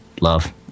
love